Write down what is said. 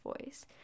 voice